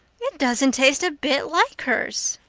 it doesn't taste a bit like hers.